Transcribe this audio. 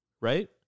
right